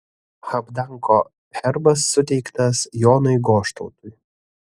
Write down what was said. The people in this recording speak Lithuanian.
habdanko herbas suteiktas jonui goštautui